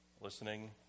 listening